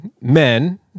men